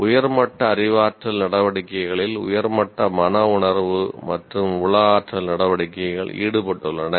உயர் மட்ட அறிவாற்றல் நடவடிக்கைகளில் உயர் மட்ட மனவுணர்வு மற்றும் உள ஆற்றல் நடவடிக்கைகள் ஈடுபட்டுள்ளன